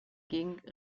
gegend